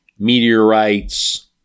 meteorites